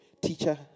teacher